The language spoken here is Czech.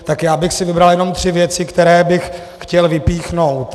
Tak já bych si vybral jenom tři věci, které bych chtěl vypíchnout.